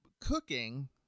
cooking